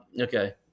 Okay